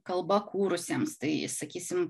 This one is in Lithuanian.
kalba kūrusiems tai sakysim